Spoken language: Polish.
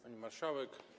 Pani Marszałek!